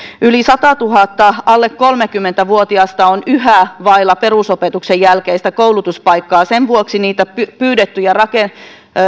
yli sadalletuhannelle alle kolmekymmentä vuotiasta on yhä vailla perusopetuksen jälkeistä koulutuspaikkaa sen vuoksi niitä pyydettyjä rakentavia